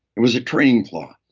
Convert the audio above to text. it was a trained law.